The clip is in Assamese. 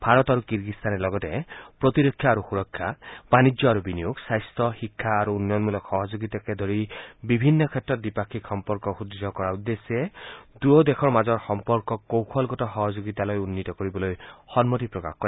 ভাৰত আৰু কিৰ্গিস্তানে লগতে প্ৰতিৰক্ষা আৰু সুৰক্ষা বাণিজ্য আৰু বিনিয়োগ স্বাস্থা শিক্ষা আৰু উন্নয়নমূলক সহযোগিতাকে ধৰি বিভিন্ন ক্ষেত্ৰত দ্বিপাক্ষিক সম্পৰ্ক সুদ্ঢ় কৰাৰ উদ্দেশ্যে দুয়ো দেশৰ মাজৰ সম্পৰ্কক কৌশলগত সহযোগিতালৈ উন্নীত কৰিবলৈ সন্মতি প্ৰকাশ কৰে